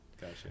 Gotcha